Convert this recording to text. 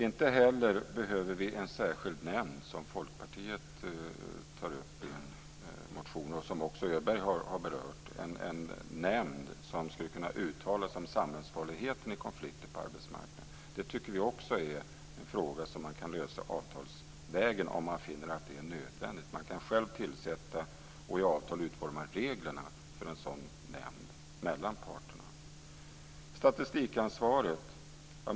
Inte heller behöver vi en särskild nämnd, som Folkpartiet tar upp i en motion och som också Öberg har berört, som skulle kunna uttala sig om samhällsfarligheten i konflikter på arbetsmarknaden. Det tycker vi också är en fråga som man kan lösa avtalsvägen om man finner att det är nödvändigt. Man kan själv tillsätta en sådan nämnd och i avtal utforma reglerna för en sådan nämnd mellan parterna.